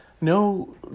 No